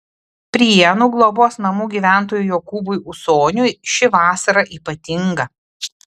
prienų globos namų gyventojui jokūbui ūsoniui ši vasara ypatinga